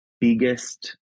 biggest